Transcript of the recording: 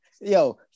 Yo